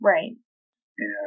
Right